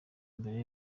mbere